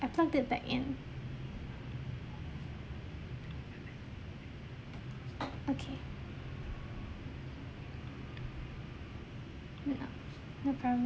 I plugged it back in okay no no problem